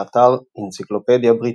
באתר אנציקלופדיה בריטניקה